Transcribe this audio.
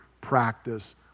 practice